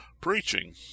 preaching